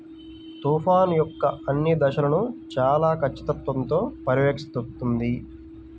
తుఫాను యొక్క అన్ని దశలను చాలా ఖచ్చితత్వంతో పర్యవేక్షిస్తుంది